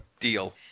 Deal